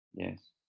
yes